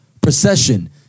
procession